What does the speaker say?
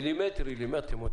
גלים מילימטריים.